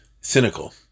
cynical